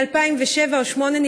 מ-2007 או 2008,